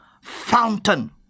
fountain